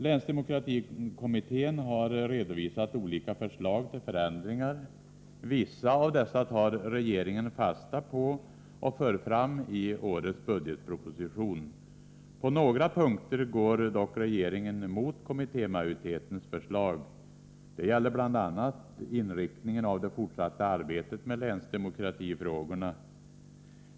Länsdemokratikommittén har redovisat olika förslag till förändringar. Vissa av dessa tar regeringen fasta på och för fram i årets budgetproposition. På några punkter går dock regeringen emot kommittémajoritetens förslag. Det gäller bl.a. inriktningen av det fortsatta arbetet med länsdemokratifrågorna.